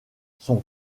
son